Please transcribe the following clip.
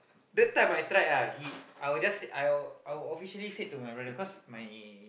that time I tried ah he I will just say I will I will officially said to my brother cause my